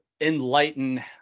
enlighten